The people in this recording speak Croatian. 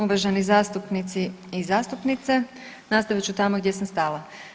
Uvaženi zastupnici i zastupnice nastavit ću tamo gdje sam stala.